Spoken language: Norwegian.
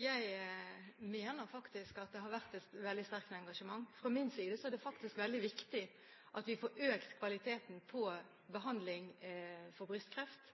Jeg mener at det har vært et veldig sterkt engasjement. Fra min side er det veldig viktig at vi får økt kvaliteten når det gjelder behandling av brystkreft.